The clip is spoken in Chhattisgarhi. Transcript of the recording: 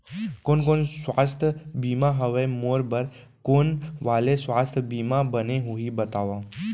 कोन कोन स्वास्थ्य बीमा हवे, मोर बर कोन वाले स्वास्थ बीमा बने होही बताव?